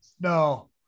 No